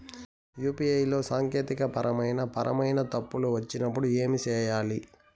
UPI లో సాంకేతికపరమైన పరమైన తప్పులు వచ్చినప్పుడు ఏమి సేయాలి